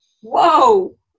whoa